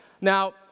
Now